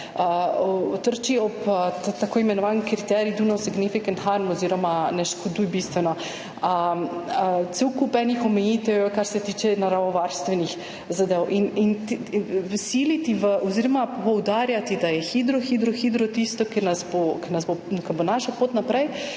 trči ob tako imenovani kriterij »do no significant harm« oziroma ne škoduj bistveno. Cel kup je enih omejitev, kar se tiče naravovarstvenih zadev, in siliti oziroma poudarjati, da je hidro, hidro, hidro tisto, kar bo naša pot naprej,